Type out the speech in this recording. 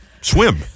swim